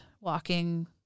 walking